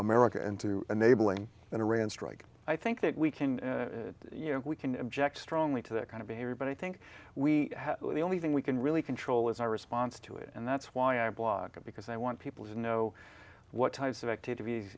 america into enabling in iran strike i think that we can you know we can object strongly to that kind of behavior but i think we have the only thing we can really control is our response to it and that's why i blog because i want people to know what types of activities